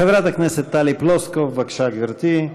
חברת הכנסת טלי פלוסקוב, בבקשה, גברתי.